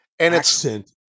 accent